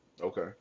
Okay